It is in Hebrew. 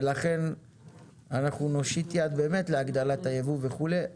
ולכן אנחנו נושיט יד להגדלת היבוא וכולי אבל